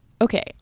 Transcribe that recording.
Okay